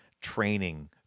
training